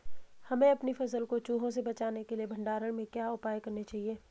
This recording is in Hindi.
हमें अपनी फसल को चूहों से बचाने के लिए भंडारण में क्या उपाय करने चाहिए?